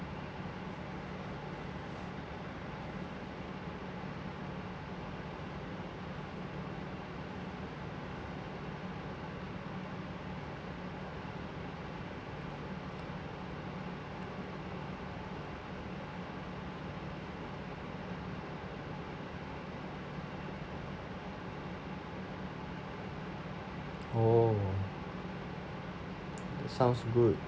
oh sounds good